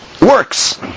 works